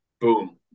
boom